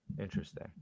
interesting